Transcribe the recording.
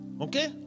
Okay